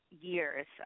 years